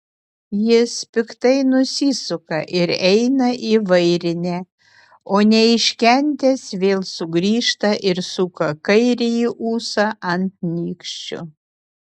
jis piktai nusisuka ir eina į vairinę o neiškentęs vėl sugrįžta ir suka kairįjį ūsą ant nykščio